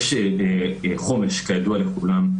חומש כידוע לכולם,